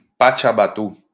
Pachabatu